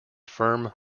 firm